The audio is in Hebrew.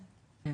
כן.